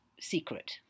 secret